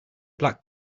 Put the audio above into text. black